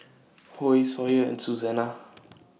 Hoy Sawyer and Susanna